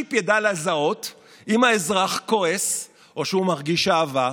הצ'יפ ידע לזהות אם האזרח כועס או שהוא מרגיש אהבה,